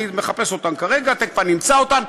אני מחפש אותן כרגע, תכף אמצא אותן.